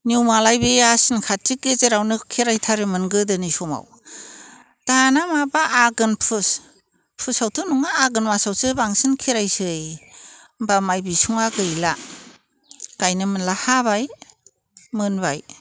नियमालाय बे आसिन काति गेजेरावनो खेराइथारोमोन गोदोनि समाव दाना माबा आघोन पुस पुसावथ' नङा आघोन मासावसो बांसिन खेराइसै होनबा माइ बिसङा गैला गायनो मोनला हाबाय मोनबाय